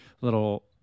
little